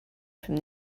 from